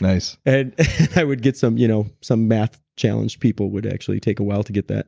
nice and i would get some you know some math challenge people would actually take a while to get that